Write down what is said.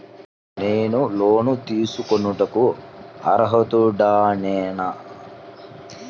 నేను లోన్ తీసుకొనుటకు అర్హుడనేన?